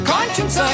Conscience